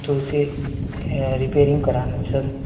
تو اسے رپیرنگ کرانا ہے سر